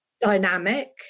dynamic